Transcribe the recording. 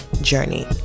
journey